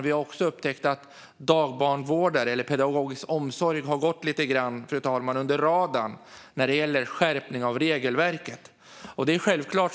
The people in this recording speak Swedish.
Vi har också upptäckt att dagbarnvårdare eller pedagogisk omsorg har gått lite under radarn när det gäller skärpning av regelverket, fru talman.